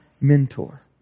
mentor